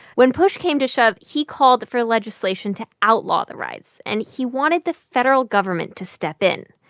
when push came to shove, he called for legislation to outlaw the rides, and he wanted the federal government to step in.